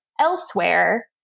elsewhere